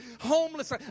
homeless